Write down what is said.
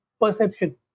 perception